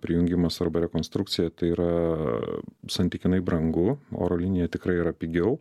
prijungimas arba rekonstrukcija tai yra santykinai brangu oro linija tikrai yra pigiau